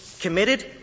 committed